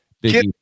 Big